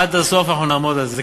עד הסוף אנחנו נעמוד על זה.